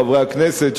חברי הכנסת,